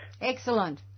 Excellent